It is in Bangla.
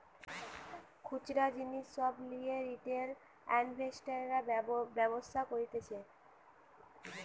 খুচরা জিনিস সব লিয়ে রিটেল ইনভেস্টর্সরা ব্যবসা করতিছে